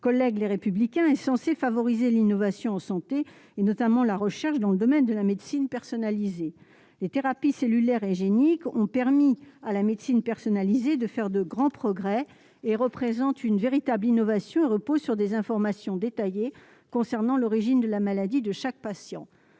collègues Les Républicains est censé favoriser l'innovation en santé et notamment la recherche dans le domaine de la médecine personnalisée des thérapies cellulaires et géniques ont permis à la médecine personnalisée de faire de grands progrès et représente une véritable innovation et repose sur des informations détaillées concernant l'origine de la maladie de chaque patient